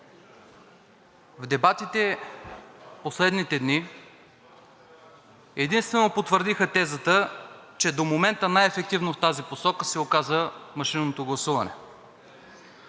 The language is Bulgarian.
Дебатите последните дни единствено потвърдиха тезата, че до момента най-ефективно в тази посока се оказа машинното гласуване.